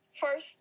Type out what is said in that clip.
first